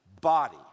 body